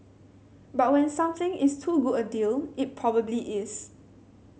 but when something is too good a deal it probably is